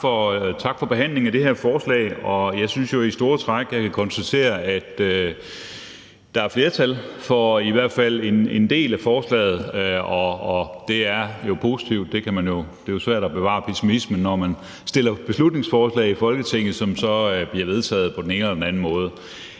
Tak for behandlingen af det her forslag. Jeg synes jo i store træk, at vi kan konstatere, at der er flertal for i hvert fald en del af forslaget, og det er jo positivt; det er svært at bevare pessimismen, når man fremsætter beslutningsforslag i Folketinget, som så bliver vedtaget på den ene eller anden måde.